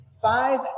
five